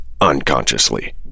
unconsciously